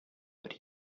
but